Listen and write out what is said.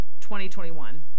2021